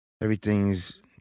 Everything's